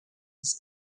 his